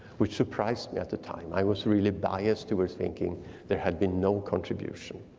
which surprised me at the time. i was really biased toward thinking there had been no contribution.